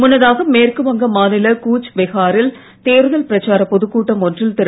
முன்னதாக மேற்குவங்க மாநில் கூச்பெஹா ரில் தேர்தல் பிரச்சாரப் பொதுக்கூட்டம் ஒன்றில் திரு